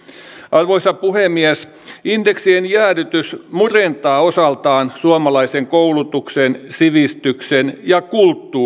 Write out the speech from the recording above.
arvoisa puhemies indeksien jäädytys murentaa osaltaan suomalaisen koulutuksen sivistyksen ja kulttuurin